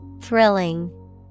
Thrilling